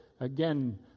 again